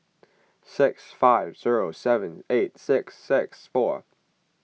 six five zero seven eight six six four